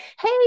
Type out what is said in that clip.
hey